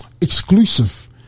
exclusive